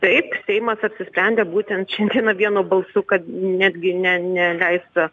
taip seimas apsisprendė būtent šiandieną vienu balsu kad netgi ne neleista